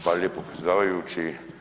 Hvala lijepo predsjedavajući.